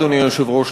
אדוני היושב-ראש,